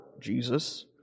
Jesus